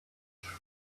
pouch